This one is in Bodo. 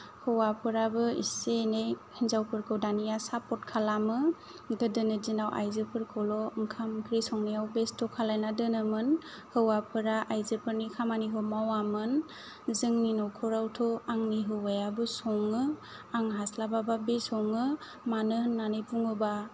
हौवाफोराबो इसे एनै हिनजावफोरखौ दानिया सापर्ट खालामो गोदोनि दिनाव आयजोफोरखौल' ओंखाम ओंख्रि संनायाव बेस्ट' खालायना दोनोमोन हौवाफोरा आयजोफोरनि खामानिखौ मावामोन जोंनि न'खरावथ' आंनि हौवायाबो सङो आं हास्लाबाबा बे सङो मानो होननानै बुङोब्ला